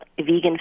vegan